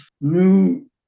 new